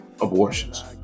abortions